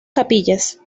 capillas